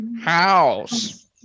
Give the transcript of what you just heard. House